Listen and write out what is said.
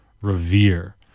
revere